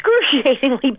excruciatingly